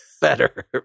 better